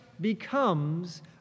becomes